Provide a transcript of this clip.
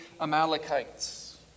Amalekites